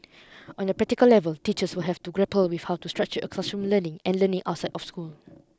on a practical level teachers will have to grapple with how to structure classroom learning and learning outside of school